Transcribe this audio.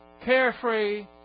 carefree